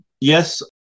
Yes